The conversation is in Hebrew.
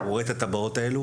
הוא רואה את הטבעות האלו,